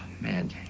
man